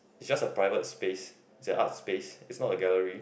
it's just a private space it's a arts space it's not a gallery